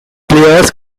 players